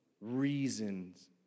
Reasons